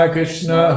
Krishna